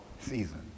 season